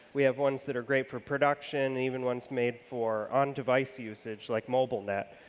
we have ones that are great for production, even ones made for on-device usage like mobilenet,